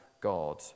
God